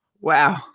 wow